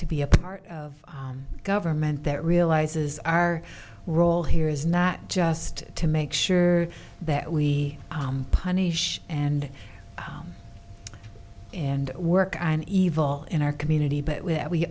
to be a part of government that realizes our role here is not just to make sure that we punish and and work on evil in our community but w